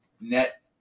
net